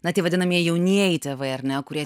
na tie vadinamieji jaunieji tėvai ar ne kurie